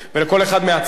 מגיעה עוד דקה.